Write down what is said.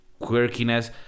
quirkiness